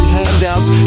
handouts